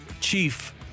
Chief